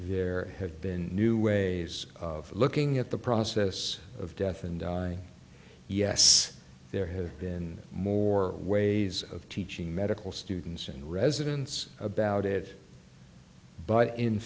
there have been new ways of looking at the process of death and yes there have been more ways of teaching medical students and residents about it but in